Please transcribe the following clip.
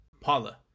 Paula